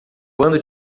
bando